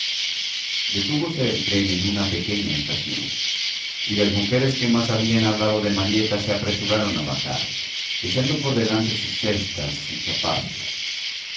detúvose el tren en una pequeña estación y las mujeres que más habían hablado de marieta se apresuraron a bajar echando por delante sus cestas y capazos